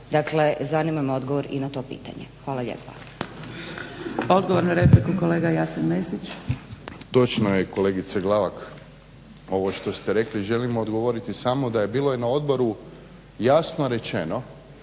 Dakle, zanima me odgovor i na to pitanje. Hvala lijepa.